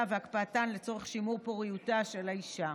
והקפאתן לצורך שימור פוריותה של האישה.